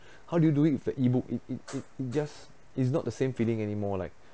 how you do it with the E_book it it it just is not the same feeling anymore like